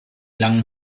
langen